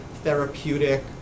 therapeutic